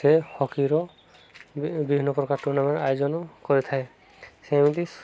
ସେ ହକିର ବିଭିନ୍ନ ପ୍ରକାର ଟୁର୍ଣ୍ଣାମେଣ୍ଟ ଆୟୋଜନ କରିଥାଏ ସେମିତି